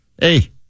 hey